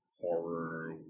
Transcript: horror